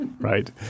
right